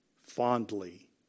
fondly